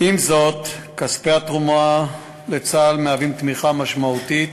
עם זאת, כספי התרומה לצה"ל מהווים תמיכה משמעותית